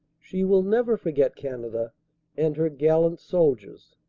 she will never forget canada and her gallant soldiers.